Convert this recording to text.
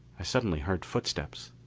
i suddenly heard footsteps.